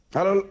Hello